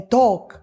talk